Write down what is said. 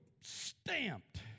stamped